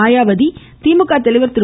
மாயாவதி திமுக தலைவர் திரு